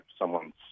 someone's